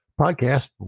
podcast